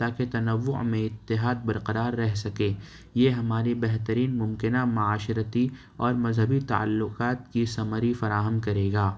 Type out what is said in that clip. تاکہ تنوع میں اتحاد برقرار رہ سکے یہ ہماری بہترین ممکنہ معاشرتی اور مذہبی تعلقات کی ثمری فراہم کرے گا